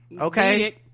okay